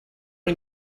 are